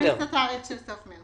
אני אשים את התאריך של סוף מארס.